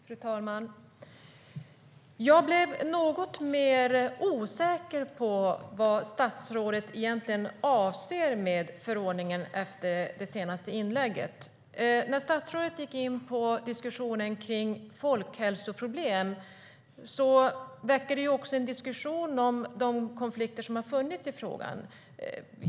STYLEREF Kantrubrik \* MERGEFORMAT Svar på interpellationerNär statsrådet går in på folkhälsoproblem väcker det en diskussion om de konflikter som har funnits i frågan.